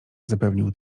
zapewnił